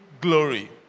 glory